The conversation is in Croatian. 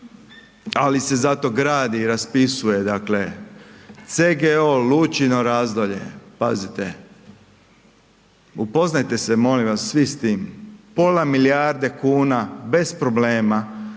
ali se zato gradi i raspisuje dakle CGO Lučino razdolje, pazite. Upoznajte se molim vas svi s tim, pola milijarde kuna bez problema,